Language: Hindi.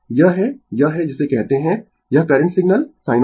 यह है यह है जिसे कहते है यह करंट सिग्नल sin ω t